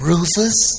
Rufus